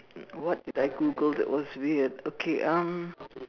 what did I Google that was weird okay um